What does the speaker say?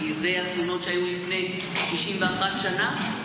כי אלו התמונות שהיו לפני 61 שנה.